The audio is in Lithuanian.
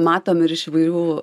matom ir iš įvairių